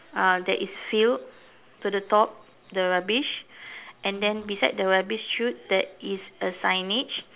uh that is filled to the top the rubbish and then beside the rubbish chute there is a signage